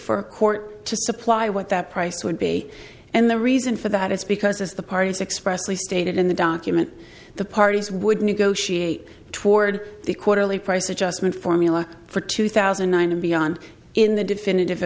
a court to supply what that price would be and the reason for that is because as the parties expressly stated in the document the parties would negotiate toward the quarterly price adjustment formula for two thousand and nine and beyond in the definitive